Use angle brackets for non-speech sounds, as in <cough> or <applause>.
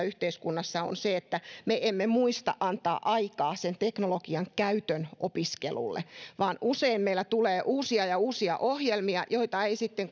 <unintelligible> yhteiskunnassa on se että me emme muista antaa aikaa sen teknologian käytön opiskelulle vaan usein meille tulee uusia ja uusia ohjelmia joita ei sitten <unintelligible>